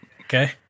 Okay